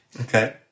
Okay